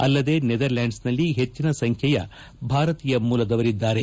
ಅಲ್ಲದೇ ನೆದರ್ಲ್ಪಾಂಡ್ಸ್ನಲ್ಲಿ ಹೆಚ್ಚಿನ ಸಂಖ್ಕೆಯ ಭಾರತೀಯ ಮೂಲದವರಿದ್ದಾರೆ